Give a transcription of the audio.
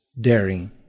daring